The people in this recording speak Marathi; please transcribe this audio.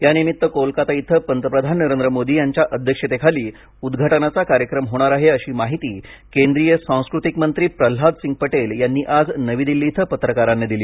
यानिमित्त कोलकाता इथं पंतप्रधान नरेंद्र मोदी यांच्या अध्यक्षतेखाली उद्घाटनाचा कार्यक्रम होणार आहे अशी माहिती केंद्रीय सांस्कृतिक मंत्री प्रल्हादसिंग पटेल यांनी आज नवी दिल्ली इथं पत्रकारांना दिली